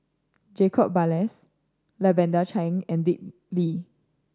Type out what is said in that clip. Jacob Ballas Lavender Chang and Dick Lee